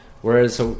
Whereas